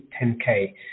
10k